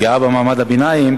פגיעה במעמד הביניים,